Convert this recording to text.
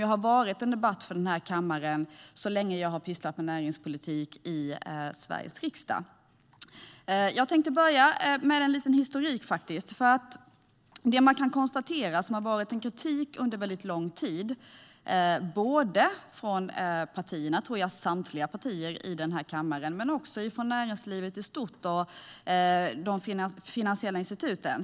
Det har varit ett ämne för debatt så länge jag har sysslat med näringspolitik i Sveriges riksdag. Jag tänker börja med lite historik. Det har funnits kritik under lång tid, från samtliga partier i kammaren - tror jag - men också från näringslivet i stort och från de finansiella instituten.